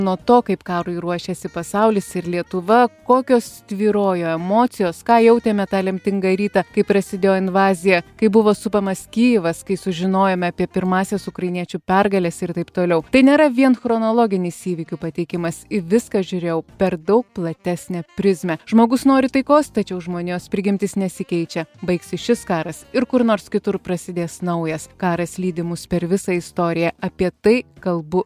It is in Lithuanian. nuo to kaip karui ruošėsi pasaulis ir lietuva kokios tvyrojo emocijos ką jautėme tą lemtingą rytą kai prasidėjo invazija kai buvo supamas kijevas kai sužinojome apie pirmąsias ukrainiečių pergales ir taip toliau tai nėra vien chronologinis įvykių pateikimas į viską žiūrėjau per daug platesnę prizmę žmogus nori taikos tačiau žmonijos prigimtis nesikeičia baigsis šis karas ir kur nors kitur prasidės naujas karas lydi mus per visą istoriją apie tai kalbu